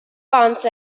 bont